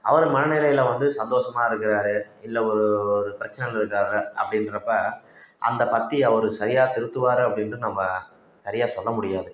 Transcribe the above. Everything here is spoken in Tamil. அவர் மனநிலையில் வந்து சந்தோஷமா இருக்கிறாரு இல்லை ஒ ஒரு பிரச்சினைல இருக்கார் அப்படின்றப்ப அந்த பத்தியை அவர் சரியாக திருத்துவார் அப்படின்ட்டு நம்ம சரியாக சொல்ல முடியாது